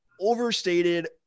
overstated